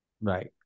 Right